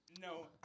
No